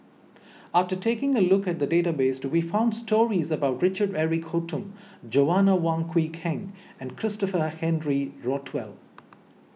after taking a look at the database we found stories about Richard Eric Holttum Joanna Wong Quee Heng and Christopher Henry Rothwell